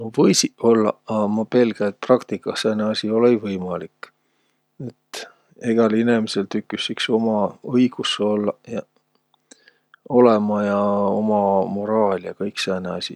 No võisiq ollaq, a ma pelgä, et praktikah sääne asi olõ-õi võimaik. Et egäl inemisel tüküs iks uma õigus ollaq ja, olõma ja uma moraal ja kõik sääne asi.